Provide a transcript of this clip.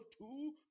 two